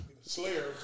Slayer